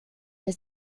der